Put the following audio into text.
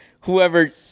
whoever